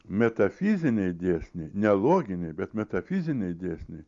metafiziniai dėsniai ne loginiai bet metafiziniai dėsniai